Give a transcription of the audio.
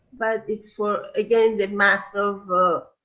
but it's for again the mass of.